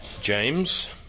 James